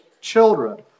children